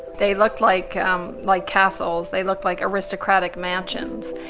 they looked like um like castles, they looked like aristocratic mansions.